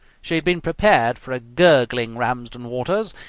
she had been prepared for a gurgling ramsden waters,